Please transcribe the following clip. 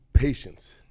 Patience